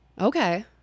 Okay